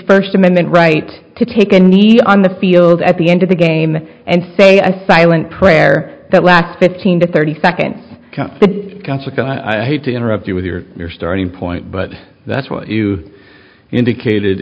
first amendment right to take a knee on the field at the end of the game and say i silent prayer that last fifteen to thirty seconds i hate to interrupt you with your starting point but that's what you indicated